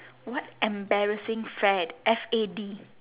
what embarrassing fad F A D